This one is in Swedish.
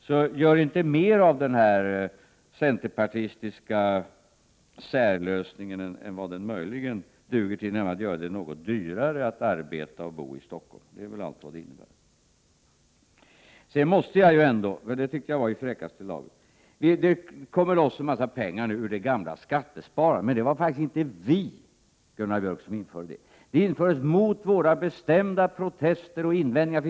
Gör alltså inte mer av denna centerpartistiska särlösning än vad den möjligen duger till, nämligen att göra det något dyrare att arbeta och bo i Stockholm. Det är väl vad förslaget innebär. Sedan måste jag faktiskt invända mot något som jag tyckte var i fräckaste laget. Det släpps loss en massa pengar nu genom det gamla skattesparandet. Men det var ju inte vi som införde det, Gunnar Björk. Det infördes mot våra bestämda protester och invändningar.